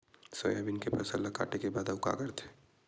Soybean के फसल ल काटे के बाद आऊ का करथे?